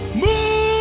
move